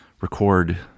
record